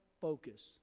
focus